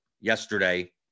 yesterday